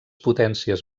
potències